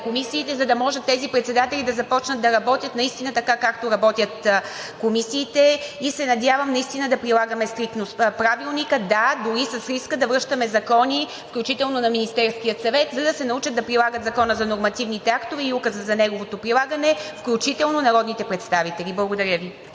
комисиите, за да може тези председатели да започнат да работят така, както работят комисиите. Надявам се да прилагаме стриктно Правилника – да, дори с риска да връщаме закони, включително на Министерския съвет, за да се научат да прилагат Закона за нормативните актове и Указа за неговото прилагане, включително народните представители. Благодаря Ви.